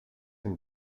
him